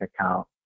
account